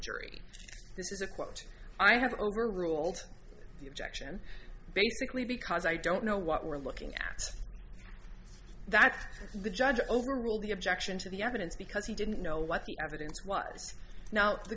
a quote i have overruled the objection basically because i don't know what we're looking at that the judge overruled the objection to the evidence because he didn't know what the evidence was now the